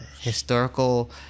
historical